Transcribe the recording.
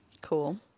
Cool